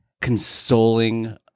consoling